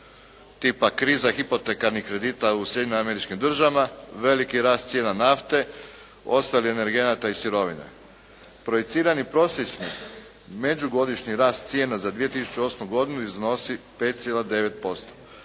tipa kriza hipotekarnih kredita u Sjedinjenim Američkim Državama, veliki rast cijena nafte, ostalih energenata i sirovine. Projicirani prosječni međugodišnji rast cijena za 2008. godinu iznosi 5,9%.